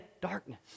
darkness